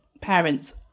parents